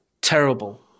terrible